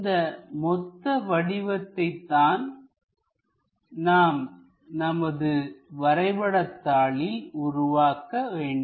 இந்த மொத்த வடிவத்தை தான் நாம் நமது வரைபட தாளில் உருவாக்க வேண்டும்